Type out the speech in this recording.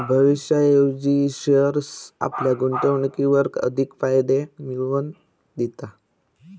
भविष्याऐवजी शेअर्स आपल्या गुंतवणुकीर अधिक फायदे मिळवन दिता